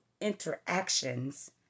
interactions